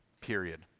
period